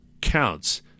counts